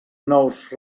nous